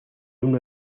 uno